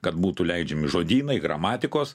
kad būtų leidžiami žodynai gramatikos